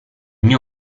mio